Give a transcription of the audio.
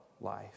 life